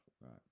Right